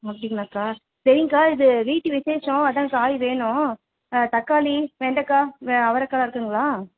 அப்படிங்களாக்கா சரிங்க்கா இது வீட்டு விசேஷம் அதான் காய் வேணும் தக்காளி வெண்டைக்கா அவரைக்கா இருக்குதுங்களா